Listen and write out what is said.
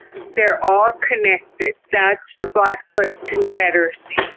they're all connected. that's the blackfoot confederacy.